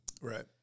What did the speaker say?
Right